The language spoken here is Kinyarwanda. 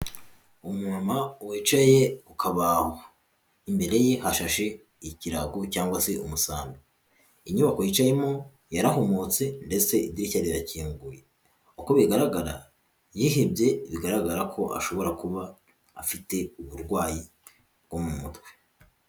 Umuntu wicaye kukabaho imbere ye hashashe ikirago cyangwa se umusambi, inyubako yicayemo yarahomotse ndetse idirishya rirakinguye, uko bigaragara yihebye bigaragara ko ashobora kuba afite uburwayi bwo mu mutwe.